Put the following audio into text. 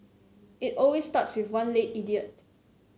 it always starts with one late idiot